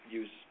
use